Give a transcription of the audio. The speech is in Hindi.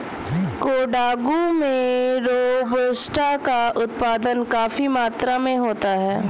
कोडागू में रोबस्टा का उत्पादन काफी मात्रा में होता है